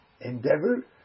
endeavor